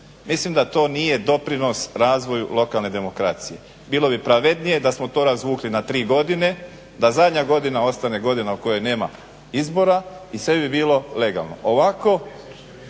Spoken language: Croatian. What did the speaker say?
Mislim da to nije doprinos razvoju lokalne demokracije. Bilo bi pravednije da smo to razvukli na tri godine, da zadnja godina ostane godina u kojoj nema izbora i sve bi bilo legalno.